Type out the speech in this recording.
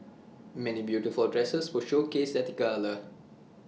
many beautiful dresses were showcased at the gala